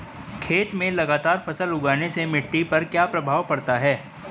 खेत में लगातार फसल उगाने से मिट्टी पर क्या प्रभाव पड़ता है?